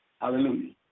hallelujah